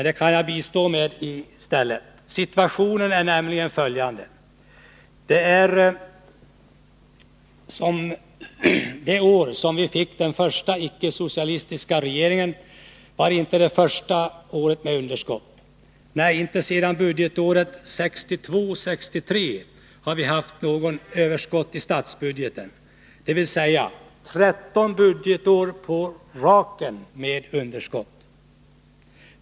Det kan jag bistå med i stället. Situationen är nämligen följande. Det år som vi fick den första icke-socialistiska regeringen var inte första året med underskott. Nej, inte sedan budgetåret 1962/63 hade vi haft något överskott i statsbudgeten — dvs. 13 budgetår på raken med underskott.